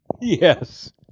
Yes